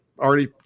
already